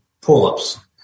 pull-ups